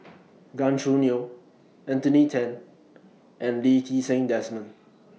Gan Choo Neo Anthony Then and Lee Ti Seng Desmond